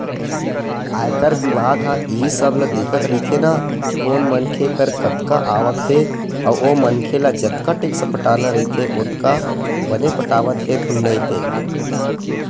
आयकर बिभाग ह इही सब देखत रहिथे ना कोन मनखे कर कतका आवक हे अउ ओ मनखे ल जतका टेक्स पटाना रहिथे ओतका बने पटावत हे धुन नइ ते